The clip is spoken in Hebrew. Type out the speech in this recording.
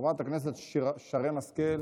חברת הכנסת שרן השכל,